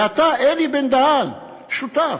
ואתה, אלי בן-דהן, שותף.